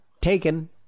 taken